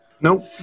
Nope